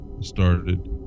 started